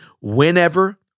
whenever